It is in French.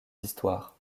histoires